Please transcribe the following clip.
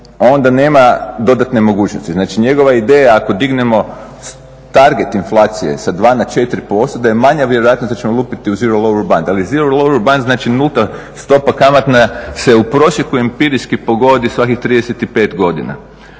onda nema dodatne mogućnosti, znači njegova je ideja, ako dignemo target inflacije sa 2 na 4%, da je manja vjerojatnost da ćemo lupiti u zero lower …, ali zero lower … znači nulta stopa kamata se u prosijeku empirijski pogodi svakih 35 godina.